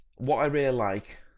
what i really like,